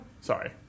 sorry